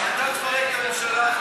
אתה תפרק את הממשלה הזאת.